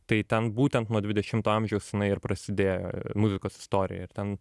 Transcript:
tai ten būtent nuo dvidešimto amžiaus jinai ir prasidėjo muzikos istorija ir ten